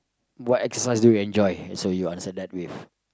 what exercise do you enjoy and so you answer that with